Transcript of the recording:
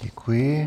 Děkuji.